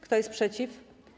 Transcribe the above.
Kto jest przeciw?